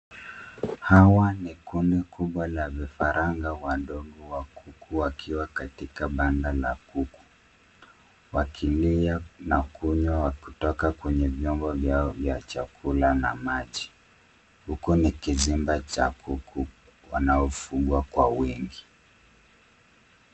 Hawa ni kuni kubwa la vifaranga wadogo wa kuku wakiwa katika banda na kuku. Wakilia na kunywa kutoka vyombo vyao vya chakula na maji. Huku ni kizimba cha kuku wanaofugwa kwa wingi.